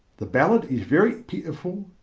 the ballad is very pitiful,